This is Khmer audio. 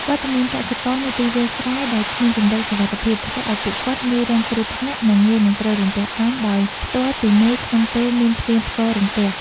វត្តមានកសិករនៅទីវាលស្រែដែលគ្មានជម្រកសុវត្ថិភាព ធ្វើឱ្យពួកគាត់ងាយរងគ្រោះថ្នាក់ និង ងាយនឹងត្រូវរន្ទះបាញ់ដោយផ្ទាល់ពីមេឃក្នុងពេលមានភ្លៀងផ្គររន្ទះ។